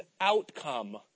outcome